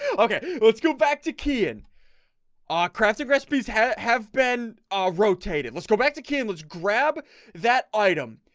ok let's go back to key in our crafting recipes have have been ah rotated let's go back to can let's grab that item